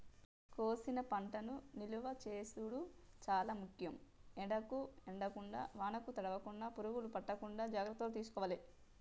కోసిన పంటను నిలువ చేసుడు చాల ముఖ్యం, ఎండకు ఎండకుండా వానకు తడవకుండ, పురుగులు పట్టకుండా జాగ్రత్తలు తీసుకోవాలె